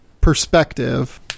perspective